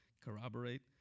corroborate